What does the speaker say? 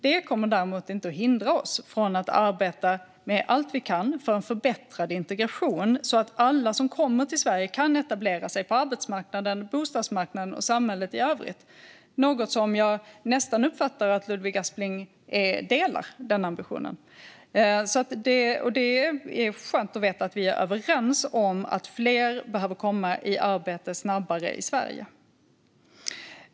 Detta kommer dock inte att hindra oss från att göra allt vi kan för att förbättra integrationen så att alla som kommer till Sverige kan etablera sig på arbetsmarknaden och bostadsmarknaden och i samhället i övrigt. Det är en ambition jag uppfattar att Ludvig Aspling delar, och det är skönt att veta att vi är överens om att fler behöver komma i arbete snabbare i Sverige.